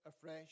afresh